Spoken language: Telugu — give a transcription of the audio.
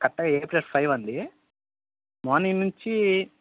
కరెక్టుగా ఏప్రిల్ ఫైవ్ అండీ మార్నింగ్ నుంచీ